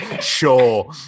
Sure